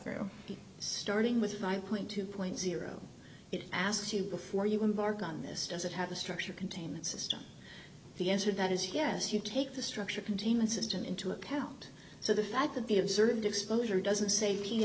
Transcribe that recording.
through starting with five two it asks you before you embark on this does it have the structure containment system the answer that is yes you take the structure containment system into account so the fact that the observed exposure doesn't say